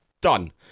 done